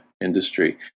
industry